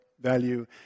value